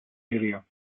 area